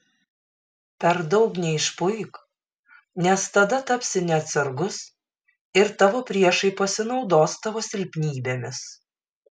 per daug neišpuik nes tada tapsi neatsargus ir tavo priešai pasinaudos tavo silpnybėmis